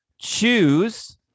choose